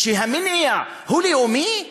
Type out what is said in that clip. שהמניע שלו הוא לאומי?